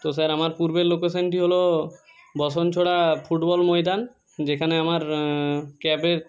তো স্যার আমার পূর্বের লোকেশানটি হলো বসনছড়া ফুটবল ময়দান যেখানে আমার ক্যাবের